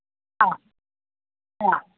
ആ ആ